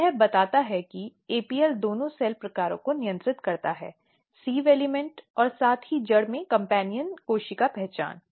तो यह बताता है कि APL दोनों सेल प्रकारों को नियंत्रित करता है सिव़ एलिमेंट और साथ ही जड़ में कम्पेन्यन कोशिका पहचान